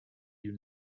you